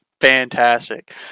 Fantastic